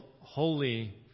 holy